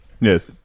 Yes